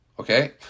Okay